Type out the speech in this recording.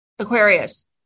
Aquarius